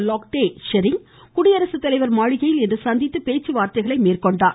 latte Tshering குடியரசுத்தலைவர் மாளிகையில் இன்று சந்தித்து பேச்சுவார்த்தைகளை மேற்கொண்டார்